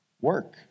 work